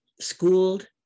schooled